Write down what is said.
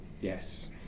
Yes